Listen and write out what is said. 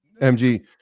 MG